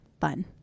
fun